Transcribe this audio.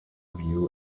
view